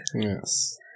Yes